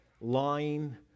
lying